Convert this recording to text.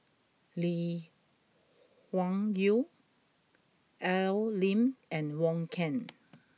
Lee Wung Yew Al Lim and Wong Keen